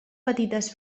petites